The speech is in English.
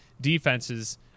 defenses